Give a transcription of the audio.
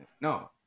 No